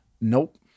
Nope